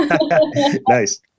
Nice